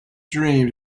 dream